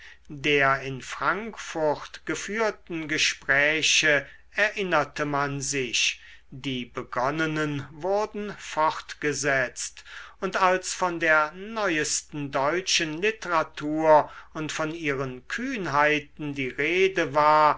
der in frankfurt geführten gespräche erinnerte man sich die begonnenen wurden fortgesetzt und als von der neuesten deutschen literatur und von ihren kühnheiten die rede war